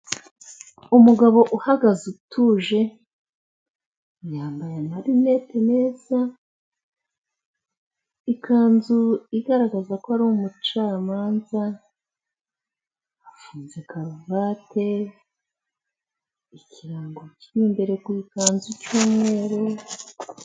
Umugabo uhagaze utuje, yambaye na linete neza, ikanzu igaragaza ko ari umucamanza, afunze karuvati, ikirango cy'imbere ku ikanzu cy'umweru,